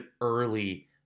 early